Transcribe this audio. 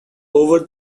over